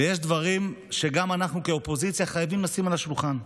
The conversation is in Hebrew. ויש דברים שגם אנחנו כאופוזיציה חייבים לשים על השולחן.